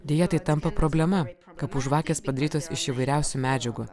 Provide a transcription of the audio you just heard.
deja tai tampa problema kapų žvakės padarytos iš įvairiausių medžiagų